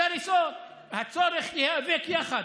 על הריסות, הצורך להיאבק יחד.